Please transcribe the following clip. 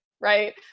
right